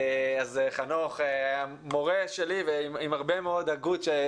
אז חנוך היה מורה שלי ועם הרבה מאוד הגות.